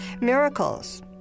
miracles